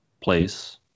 place